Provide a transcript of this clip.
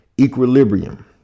equilibrium